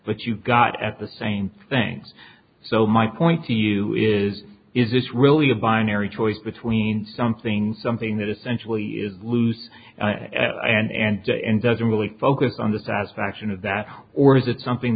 but you've got at the same things so my point to you is is this really a binary choice between something something that essentially is loose and doesn't really focus on the satisfaction of that or that something